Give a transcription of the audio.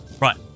Right